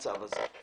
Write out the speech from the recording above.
בסדר?